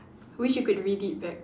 wish you could read it back